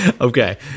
Okay